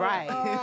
Right